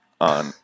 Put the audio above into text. on